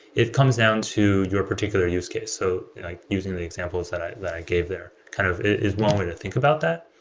it comes down to your particular use case, so like using the examples that i that i gave there kind of is one way to think about that.